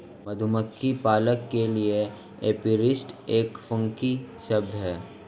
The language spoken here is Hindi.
मधुमक्खी पालक के लिए एपीरिस्ट एक फैंसी शब्द है